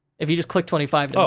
if you just click twenty five,